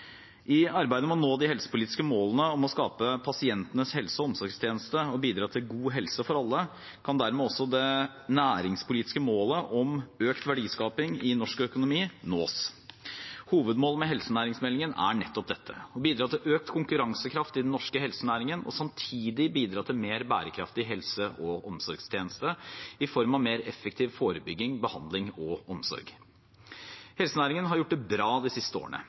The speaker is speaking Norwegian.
I arbeidet med å nå de helsepolitiske målene om å skape pasientens helse- og omsorgstjeneste og å bidra til god helse for alle kan dermed også det næringspolitiske målet om økt verdiskaping i norsk økonomi nås. Hovedmålet med helsenæringsmeldingen er nettopp dette: å bidra til økt konkurransekraft i den norske helsenæringen og samtidig bidra til en mer bærekraftig helse- og omsorgstjeneste i form av mer effektiv forebygging, behandling og omsorg. Helsenæringen har gjort det bra de siste årene.